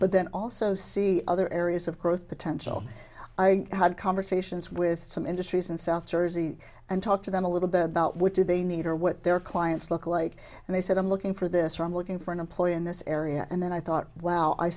but then also see other areas of growth potential i had conversations with some industries in south jersey and talk to them a little bit about what do they need or what their clients look like and they said i'm looking for this or i'm looking for an employer in this area and then i thought w